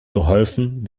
geholfen